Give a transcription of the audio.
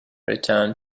returned